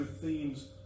themes